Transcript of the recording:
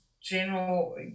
general